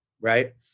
right